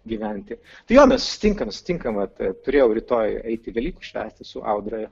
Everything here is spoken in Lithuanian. gyventi jo mes susitinkam susitinkam vat turėjau rytoj eiti velykų švęsti su audra